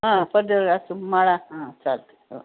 हा पडदे असं माळा हा चालते हो